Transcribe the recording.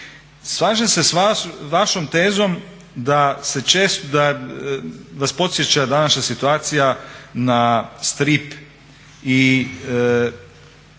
Slažem se s vašom tezom da vas podsjeća današnja situacija na strip i